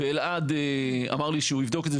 ואלעד אמר לי שהוא יבדוק את זה,